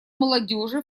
молодежи